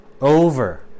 over